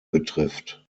betrifft